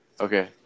Okay